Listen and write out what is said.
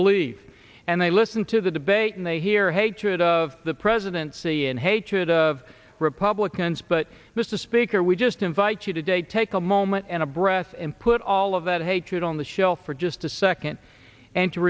believe and they listen to the debate and they hear hatred of the presidency and hatred of republicans but mr speaker we just invite you today take a moment and a breath and put all of that hatred on the shelf for just a second and to